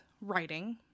writing